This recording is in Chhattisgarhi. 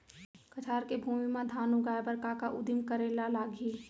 कछार के भूमि मा धान उगाए बर का का उदिम करे ला लागही?